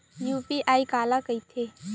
UPI काला कहिथे?